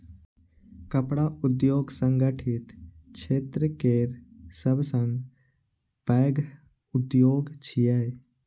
कपड़ा उद्योग संगठित क्षेत्र केर सबसं पैघ उद्योग छियै